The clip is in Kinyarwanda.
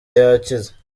yakize